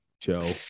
Joe